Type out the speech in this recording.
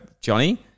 Johnny